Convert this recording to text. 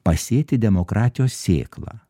pasėti demokratijos sėklą